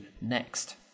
next